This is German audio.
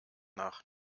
nach